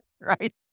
right